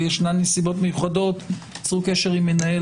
ויש נסיבות מיוחדות - צרו קשר עם מנהל